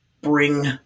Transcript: bring